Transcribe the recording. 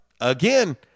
again